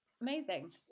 Amazing